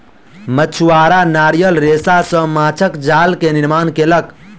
मछुआरा नारियल रेशा सॅ माँछक जाल के निर्माण केलक